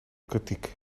kritiek